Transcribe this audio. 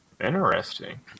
Interesting